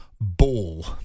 ball